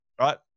right